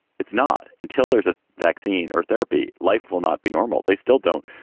it's not until there's a vaccine or therapy. life will not be normal. they still don't.